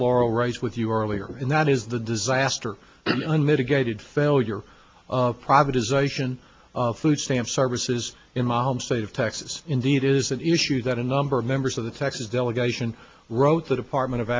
raised with you earlier and that is the disaster unmitigated failure of privatization food stamp services in my home state of texas indeed is an issue that a number of members of the texas delegation wrote the department of